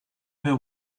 her